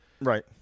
Right